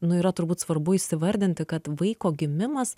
nu yra turbūt svarbu įsivardinti kad vaiko gimimas